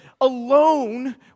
alone